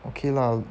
okay lah